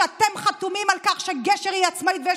שאתם חתומים על כך שגשר היא עצמאית ויש